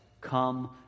Come